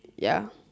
ya